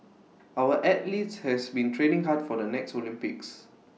our athletes have been training hard for the next Olympics